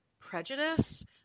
Prejudice